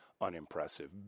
unimpressive